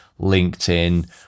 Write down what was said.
LinkedIn